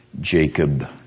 Jacob